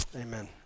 amen